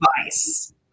advice